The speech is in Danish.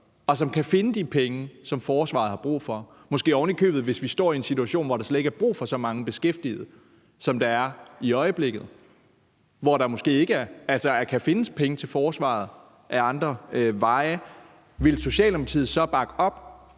og kan finde de penge, som forsvaret har brug for; måske er det oven i købet en situation, hvor der slet ikke er brug for så mange beskæftigede, som der er i øjeblikket, og hvor der måske kan findes penge til forsvaret ad andre veje. Vil Socialdemokratiet så bakke op